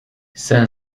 sen